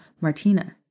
Martina